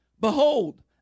Behold